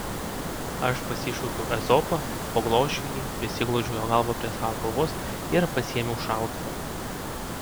aš pasišaukiau ezopą paglosčiau jį prisiglaudžiau jo galvą prie savo galvos ir pasiėmiau šautuvą